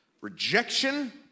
Rejection